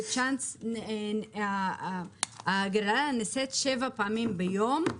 בצ'אנס ההגרלה נעשית שבע פעמים ביום,